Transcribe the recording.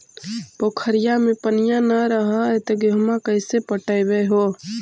पोखरिया मे पनिया न रह है तो गेहुमा कैसे पटअब हो?